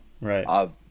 right